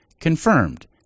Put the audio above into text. confirmed